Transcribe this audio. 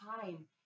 time